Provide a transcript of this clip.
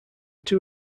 two